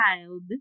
child